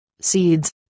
seeds